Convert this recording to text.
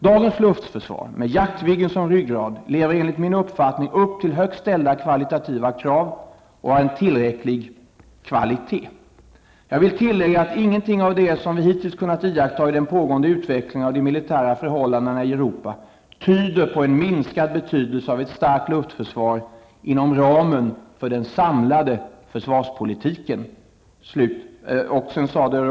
Dagens luftförsvar, med Jaktviggen som ryggrad, lever enligt min uppfattning upp till högt ställda kvalitativa krav och har en tillräcklig kvantitet. Jag vill tillägga att ingenting av det som vi hittills kunnat iaktta i den pågående utvecklingen av de militära förhållandena i Europa tyder på en minskad betydelse av ett starkt luftförsvar inom ramen för den samlade försvarspolitiken.